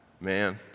man